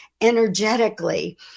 energetically